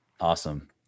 Awesome